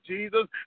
Jesus